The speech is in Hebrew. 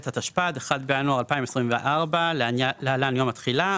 התשפ"ד (1 בינואר 2024) (להלן יום התחילה),